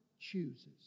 chooses